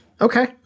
Okay